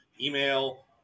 email